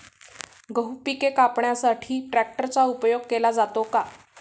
गहू पिके कापण्यासाठी ट्रॅक्टरचा उपयोग केला जातो का?